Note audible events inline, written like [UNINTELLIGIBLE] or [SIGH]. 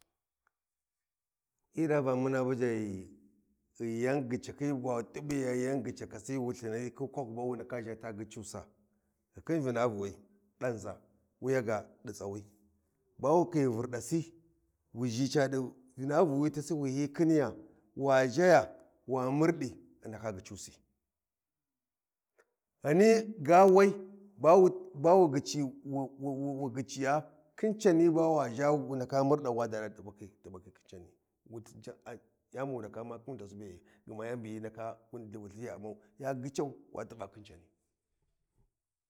Hyi da muna buya ghi ghi yan gyicakhi wa tibu yay an gyicakasi wulthani hyi Kwaku ba wu ndaka zha ta gyicusa ghi khin vinavuwi danza wuya ga di tsawi ba wu khiyi vurdasi wuzhi ca di vinavuwi tasi wi hyi khiniya wa zhaya wa murdi a ndaka gyicusi Ghani ga wai ba wu ba wu gyici wu wu wu gyiciya khin cani ba wa zhawu ndaka zha wa murdau wa dada tibakhi khin cani [UNINTELLIGIBLE] yani bu wu ndaka umma khin tasi be e yandi ghi wulthin ya umman ya gyican wa tiba khin cani [NOISE]